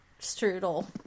strudel